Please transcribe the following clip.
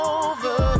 over